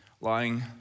lying